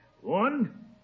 One